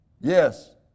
Yes